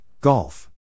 Golf